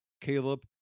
Caleb